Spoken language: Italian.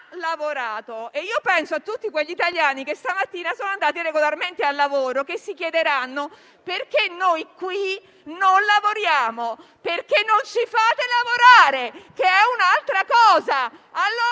lavorato. Penso a tutti quegli italiani che stamattina sono andati regolarmente al lavoro e si chiedono perché qui non lavoriamo. Io dico che non ci fate lavorare, il che è un'altra cosa.